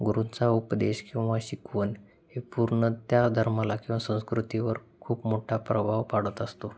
गुरुंचा उपदेश किंवा शिकवण हे पूर्ण त्या धर्माला किंवा संस्कृतीवर खूप मोठा प्रभाव पाडत असतो